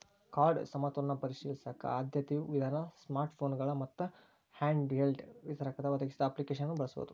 card ಸಮತೋಲನ ಪರಿಶೇಲಿಸಕ ಆದ್ಯತೆಯ ವಿಧಾನ ಸ್ಮಾರ್ಟ್ಫೋನ್ಗಳ ಮತ್ತ ಹ್ಯಾಂಡ್ಹೆಲ್ಡ್ ವಿತರಕರ ಒದಗಿಸಿದ ಅಪ್ಲಿಕೇಶನ್ನ ಬಳಸೋದ